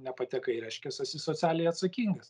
nepatekai reiškias esi socialiai atsakingas